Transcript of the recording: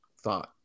thought